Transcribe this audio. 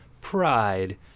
pride